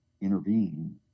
intervene